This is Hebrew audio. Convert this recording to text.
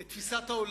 את תפיסת העולם,